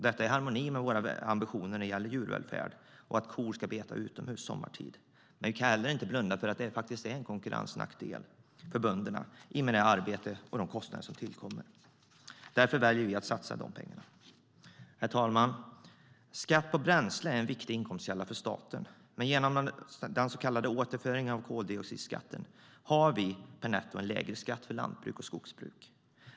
Det är i harmoni med våra ambitioner gällande djurvälfärd att kor ska beta utomhus sommartid. Men vi kan inte blunda för att det är en konkurrensnackdel för bönderna, med det arbete och de kostnader som tillkommer. Därför väljer vi att satsa de pengarna. Herr talman! Skatt på bränsle är en viktig inkomstkälla för staten. Men genom så kallad återföring av koldioxidskatt har vi, netto, en lägre skatt för lantbruk och skogsbruk.